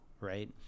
right